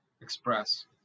express